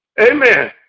amen